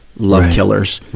love killers.